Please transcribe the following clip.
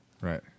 Right